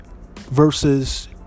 versus